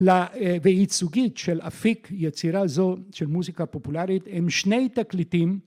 וייצוגית של אפיק יצירה זו של מוזיקה פופולרית, הם שני תקליטים